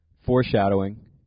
foreshadowing